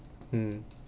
mm